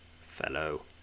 fellow